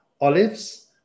olives